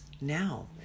now